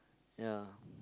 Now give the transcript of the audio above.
ya